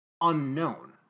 unknown